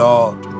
Lord